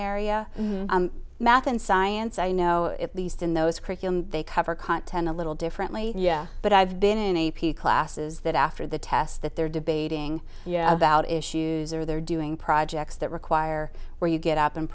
area math and science i know at least in those curriculum they cover content a little differently yeah but i've been in a p classes that after the test that they're debating about issues or they're doing projects that require where you get up and